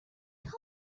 come